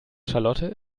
charlotte